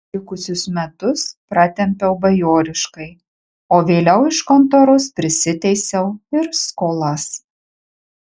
likusius metus pratempiau bajoriškai o vėliau iš kontoros prisiteisiau ir skolas